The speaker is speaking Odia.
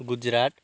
ଗୁଜୁରାଟ